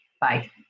Bye